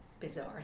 Bizarre